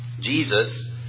Jesus